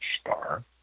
star